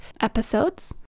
episodes